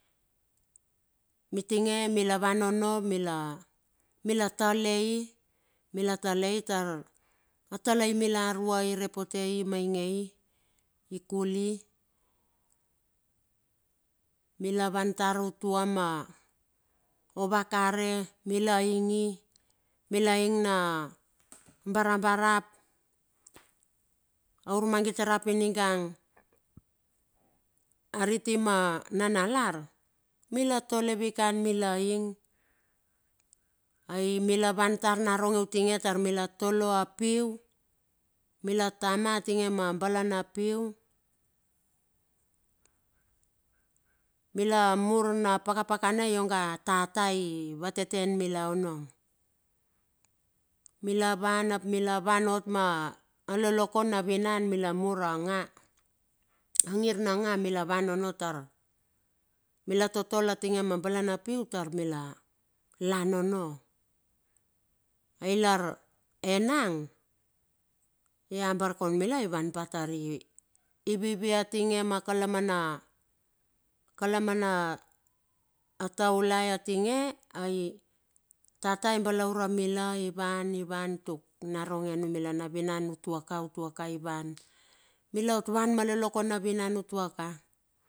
Mitinge mila van ono mila talei. Mila talei tar a talai mila arua irepotei imaingei ikuli. Milawan tar utua ma ouakare mila ingi, mila ing na barabarap, aur mangit rap iningang ariti ma nanalar, mila tole vikan mila ing. Milawan tar naronge utinge tar mila tolo a piu, mila tama atinge ma balana piu, mila mur na pakapakana ionga tata i vateten mila ono. Milawan ap milawan ot ma lolokon na vinan mila mur a nga, angir na nga mila van ono tar mila totol atinge ma balana piu tar mila lan ono. Ailar enang, iambar kaun i van pa tari vivi atinge ma kalamana, kalamana taulai atinge ai tata i balaure mila ivan, ivan tuk naronge numila na vinan utuaka utuaka ivan. Milaot van ma lolokon na vinan utua ka.